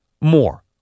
more